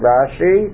Rashi